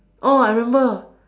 oh I remember